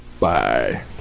Bye